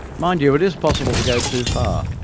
mind you, it is possible to go too far.